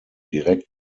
direkt